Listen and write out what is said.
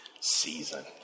season